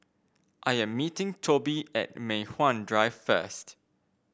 I am meeting Tobi at Mei Hwan Drive first